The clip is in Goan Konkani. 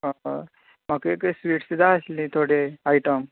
आं म्हाका एक स्विटस जाय आशिल्ली थोडी आयटम